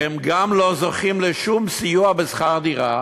כי הם גם לא זוכים לשום סיוע בשכר דירה,